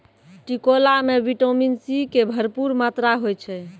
टिकोला मॅ vitamin C के भरपूर मात्रा होय छै